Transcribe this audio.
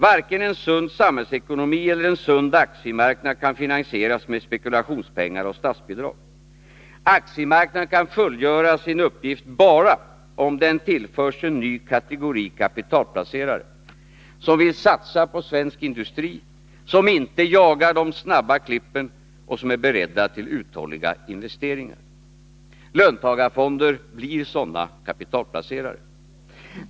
Varken en sund samhällsekonomi eller en sund aktiemarknad kan finansieras med spekulationspengar och statsbidrag. Aktiemarknaden kan fullgöra sin uppgift bara om den tillförs en ny kategori kapitalplacerare som vill satsa på svensk industri, som inte jagar de snabba klippen och som är beredda till uthålliga investeringar. Löntagarfonder blir sådana kapitalplacerare.